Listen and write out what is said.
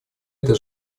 это